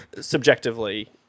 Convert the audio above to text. subjectively